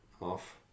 off